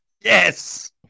yes